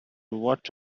watch